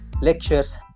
lectures